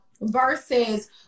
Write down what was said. versus